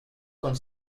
con